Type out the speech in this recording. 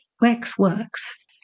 Waxworks